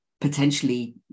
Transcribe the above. potentially